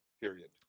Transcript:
period